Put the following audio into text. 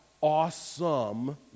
awesome